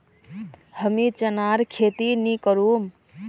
हमीं चनार खेती नी करुम